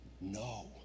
no